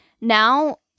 now